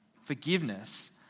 forgiveness